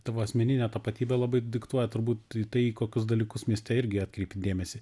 tavo asmeninę tapatybę labai diktuoja turbūt tai kokius dalykus mieste irgi atkreipi dėmesį